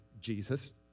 Jesus